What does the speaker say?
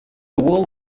world